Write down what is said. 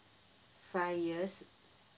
five years